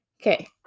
okay